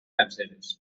franceses